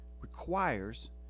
requires